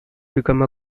become